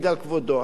בגלל כבודו.